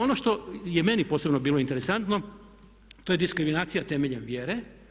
Ono što je meni posebno bilo interesantno to je diskriminacija temeljem vjere.